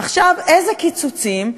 עכשיו, איזה קיצוצים?